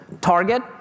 Target